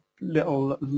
little